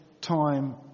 time